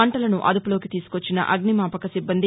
మంటలను అదుపులోకి తీసుకొచ్చిన అగ్నిమాపక సిబ్బంది